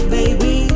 baby